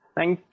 Thank